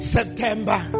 September